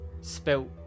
spilt